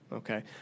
Okay